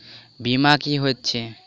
बीमा की होइत छी?